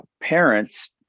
parents